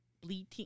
bleeding